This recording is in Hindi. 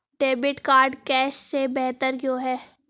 डेबिट कार्ड कैश से बेहतर क्यों है?